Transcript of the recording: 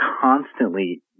constantly